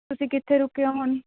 ਤੁਸੀਂ ਕਿੱਥੇ ਰੁਕੇ ਹੋ ਹੁਣ